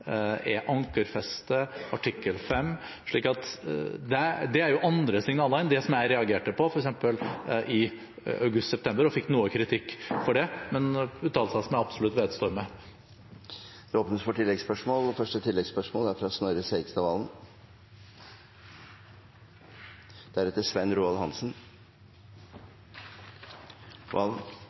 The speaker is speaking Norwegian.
er ankerfestet. Det er andre signaler enn det som jeg f.eks. reagerte på i august/september, og fikk noe kritikk for, men det er uttalelser som jeg absolutt vedstår meg. Det blir oppfølgingsspørsmål – først Snorre Serigstad Valen.